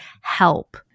Help